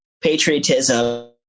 patriotism